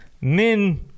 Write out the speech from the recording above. Min